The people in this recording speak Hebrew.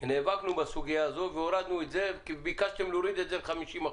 נאבקנו בסוגיה הזו והורדנו את זה כי ביקשתם להוריד את זה ל-50%.